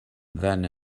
then